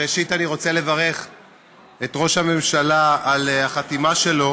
ראשית אני רוצה לברך את ראש הממשלה על החתימה שלו